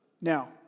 Now